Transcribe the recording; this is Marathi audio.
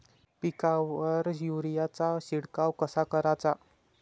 पिकावर युरीया चा शिडकाव कसा कराचा?